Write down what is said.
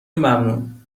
ممنون